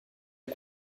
est